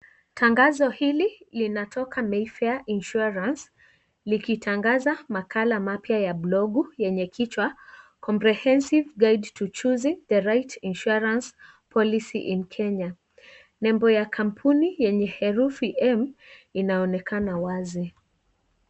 Tangazo hili linatoka Mayfair Insurance likitangaza makala mapya ya blogu yenye kichwa " Comprehensive guide to choosing the insurance policy in Kenya ". Nembo ya kampuni yenye herufi M inaonekana wazi.